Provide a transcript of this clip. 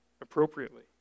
appropriately